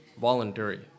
voluntary